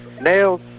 nails